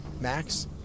max